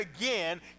again